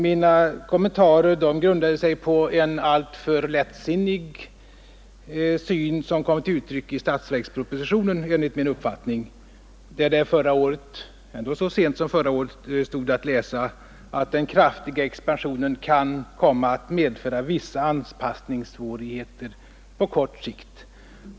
Mina kommentarer grundade sig på en alltför lättsinnig syn som enligt min uppfattning kommit till uttryck i statsverkspropositionen, där det ändå så sent som förra året stod att läsa, att den kraftiga expansionen kan komma att medföra vissa anpassningssvårigheter på kort sikt.